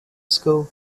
school